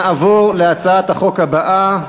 נעבור להצעת החוק הבאה.